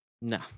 No